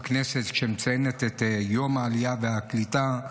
כשהכנסת מציינת את יום העלייה והקליטה,